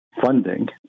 funding